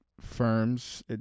firms